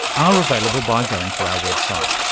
are available by going to our website.